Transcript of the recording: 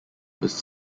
was